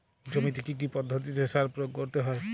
জমিতে কী কী পদ্ধতিতে সার প্রয়োগ করতে হয়?